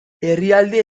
herrialde